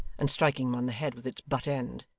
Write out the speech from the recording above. and striking him on the head with its butt end.